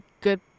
good